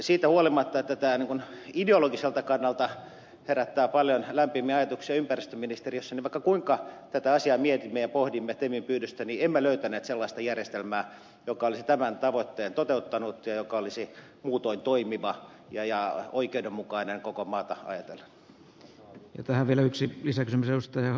siitä huolimatta että tämä ideologiselta kannalta herättää paljon lämpimiä ajatuksia ympäristöministeriössä niin vaikka kuinka tätä asiaa mietimme ja pohdimme temin pyynnöstä niin emme löytäneet sellaista järjestelmää joka olisi tämän tavoitteen toteuttanut ja joka olisi muutoin toimiva ja oikeudenmukainen koko maata ajatellen